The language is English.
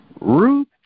Ruth